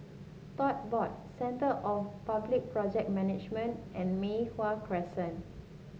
Tote Board Centre for Public Project Management and Mei Hwan Crescent